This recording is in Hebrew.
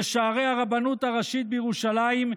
לשערי הרבנות הראשית בירושלים,